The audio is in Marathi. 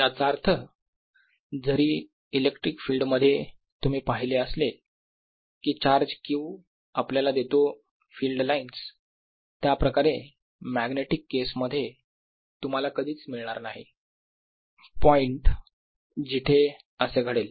याचा अर्थ जरी इलेक्ट्रिक फिल्ड मध्ये तुम्ही पाहिले असेल कि चार्ज q आपल्याला देतो फिल्ड लाइन्स त्याप्रकारे मॅग्नेटिक केस मध्ये तुम्हाला कधीच मिळणार नाही पॉईंट जिथे असे घडेल